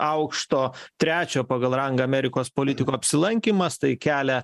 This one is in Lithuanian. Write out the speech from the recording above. aukšto trečio pagal rangą amerikos politiko apsilankymas tai kelia